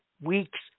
weeks